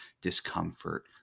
discomfort